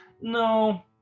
No